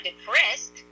depressed